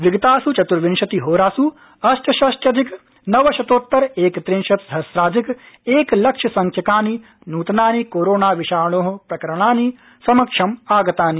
विगतास् चत्र्विंशतिहोरास् अष्टषष्ट्यधिक नवशतोत्तर एकत्रिंशत् सहस्राधिक एकलक्ष संख्याकानि नृतनानि कोरोणा विषाणो प्रकरणानि समक्षम् आगतानि